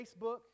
Facebook